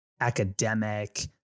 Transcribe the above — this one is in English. academic